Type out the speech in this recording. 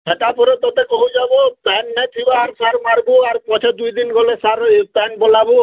ହେଟା ପରେ ତତେ କହୁଚେଁବୋ ପାଏନ୍ ନାଇଁ ଥିବା ଆର୍ ସାର୍ ମାର୍ବୁ ଆର୍ ପଛେ ଦୁଇ ଦିନ୍ ଗଲେ ସାର୍ ଇ ପାଏନ୍ ଗଲାବୁ